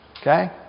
Okay